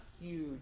huge